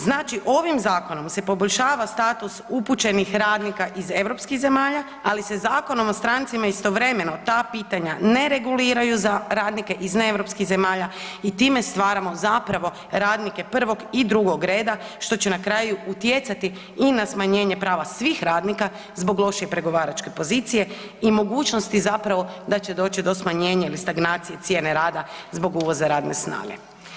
Znači, ovim zakonom se poboljšava status upućenih radnika iz europskih zemalja, ali se Zakonom o strancima istovremeno ta pitanja ne reguliraju za radnike iz neeuropskih zemalja i time stvaramo zapravo radnike prvog i drugog reda, što će na kraju utjecati i na smanjenje prava svih radnika zbog loše pregovaračke pozicije i mogućnosti zapravo da će doći do smanjenja ili stagnacije cijene rada zbog uvoza radne strane.